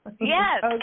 Yes